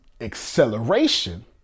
acceleration